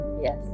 Yes